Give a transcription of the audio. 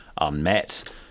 unmet